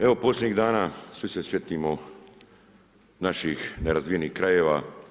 Evo, posljednjih dana svi se sjetimo naših nerazvijenih krajeva.